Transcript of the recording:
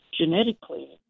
genetically